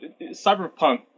Cyberpunk